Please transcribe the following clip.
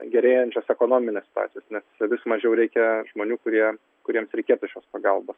gerėjančios ekonominės situacijos nes vis mažiau reikia žmonių kurie kuriems reikėtų šios pagalbos